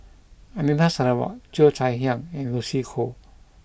Anita Sarawak Cheo Chai Hiang and Lucy Koh